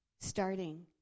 starting